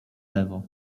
lewo